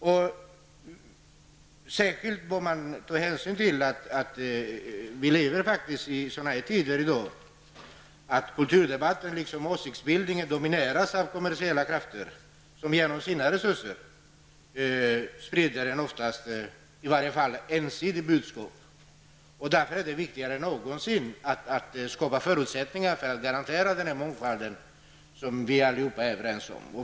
Man bör särskilt ta hänsyn till att vi faktiskt lever i en tid då kulturdebatten liksom åsiktsbildningen domineras av kommersiella krafter, som genom sina resurser sprider ett oftast ensidigt budskap. Därför är det viktigare än någonsin att skapa förutsättningar för att garantera den mångfald som vi alla är överens om.